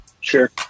Sure